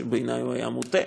שבעיני הוא היה מוטעה.